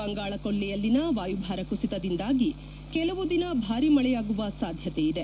ಬಂಗಾಳಕೊಳ್ಲಿಯನ ವಾಯುಭಾರ ಕುಸಿತದಿಂದಾಗಿ ಕೆಲವು ದಿನ ಭಾರಿ ಮಳೆಯಾಗುವ ಸಾಧ್ಯತೆಯಿದೆ